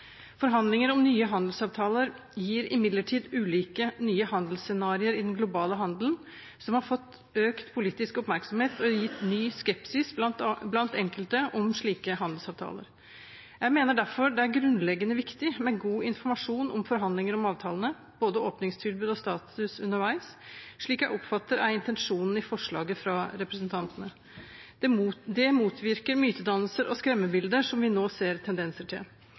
Forhandlinger om nye handelsavtaler gir imidlertid ulike nye handelsscenarioer i den globale handelen, som har fått økt politisk oppmerksomhet og gitt ny skepsis blant enkelte til slike handelsavtaler. Jeg mener derfor det er grunnleggende viktig med god informasjon om forhandlinger om avtalene, både åpningstilbud og status underveis, slik jeg oppfatter er intensjonen i forslaget fra representantene. Det motvirker mytedannelser og skremmebilder, som vi nå ser tendenser til.